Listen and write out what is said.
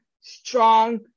strong